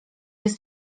jest